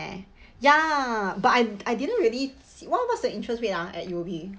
eh ya but I I didn't really see what what's the interest rate ah at U_O_B